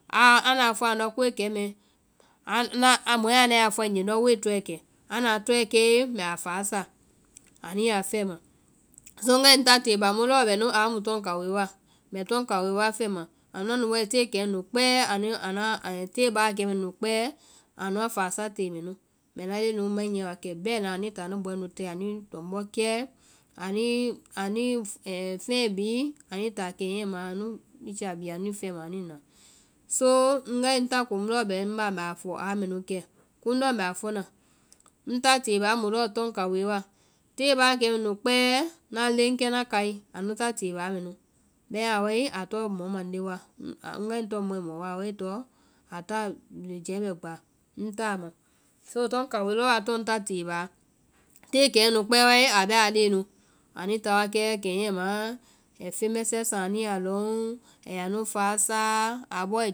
Anda fɔe andɔ́ koe kɛ mɛɛ, mɔɛ a nae a fɔe ŋ nye ndɔ́ woe tɔɛ kɛ, anda a tɔɛ kɛe mbɛ a faasa. Anui ya fɛma, so ŋgae ŋ ta tée ba mu lɔɔ bɛ nu aa mu tɔ́ŋ kaoe wa, mbɛ tɔ́ŋ kaoe wa fɛma, anuã nu wae tée kɛɛ nu kpɛɛ, tée baa kɛ nu nu kpɛɛ anuã faasa tée mɛ nu. Mbɛ na leŋɛ nu mai nyia wa kɛ bɛɛ na anuĩ táa anu bɔɛ nu tɛ, anui fɛɛ bii, anuĩ táa kɛnyɛɛ ma anuĩ picha bi anuĩ fɛma anuĩ na. Soo ŋgae ŋ ta ko mu lɔɔ bɛ ŋ laa mbɛ a fɔ aa mɛ nu kɛ. kumo lɔɔ mbɛ a fɔna, ŋ ta tée baa mu tɔ́ŋ kaoe wa, tée baa kɛnu kpɛɛ ŋna leŋ kɛ ŋna kai anu ta tée baa mɛnu. Bɛimaã a wae a tɔŋ mɔ mande wa, ŋgae ŋ tɔŋ mɔi mɔɔ wa, a wai tɔŋ, a ta bɛ gba ŋ taa ma. Soo tɔ́ŋ kaoe lɔɔ wa tɔŋ ŋta tée baa, tée kɛ nu nu kpɛɛ wai a bɛ aa leŋɛ nu, anuĩ tawa kɛ kɛnyɛɛ ma. ai feŋ mɛsɛ saŋ anu yaa lɔŋ ɛɛ ya nu fasaa, abɔɔ ai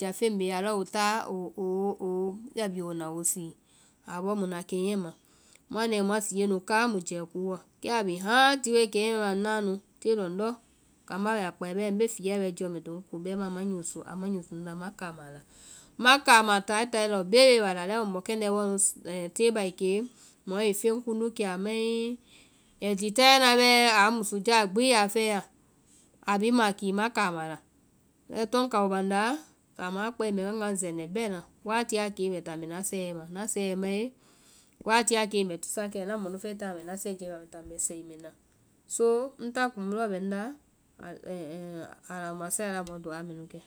jáfeŋ bee a lɔ wo taa woe picha bii wo na wo sii, a bɔɔ muĩ na kɛnyɛ ma, muã nae muã sie nu ká muĩ jɛ kúu wɔ, kɛ ai bii hãti wai kɛnyɛ mɛ ma ŋnaã nu, tée lɔndɔ́ kambá yaa kpae bɛɛ mbe fiya bɛ jiɛɔ mɛ to ŋ kɔ, bɛimaã ma kama nyusu amu nyusu ŋnda, ma kaa ma a la. Ma kaama taitai lɔɔ bee bee ba la, lɛe mu mɔ kɛndɛ́ bɔ nu si- tée baa i kee, mɔɛ feŋ kundu kɛ a mai, ai ti taɛ na bɛɛ a musu jaa gbi i ya fɛɛa, a bhii makii ma kama a la, kɛ tɔ́ŋ kao banda, sama a kpɛe mbɛ ŋ wanga zɛnɛ bɛ na, watiɛ a kee mbɛ taa mbɛ na sɛi ma, na sɛiɛ mae, watiɛ a kee mbɛ tusa kɛ, ŋna mɔ nu fɛe tana mbɛ ŋna sɛi jiɛ bia mbɛ ta mbɛ sɛi mbɛ na, so ŋta komu lɔɔ bɛ ŋ laa alao ma sɛiala momodu aa mɛ nu kɛ.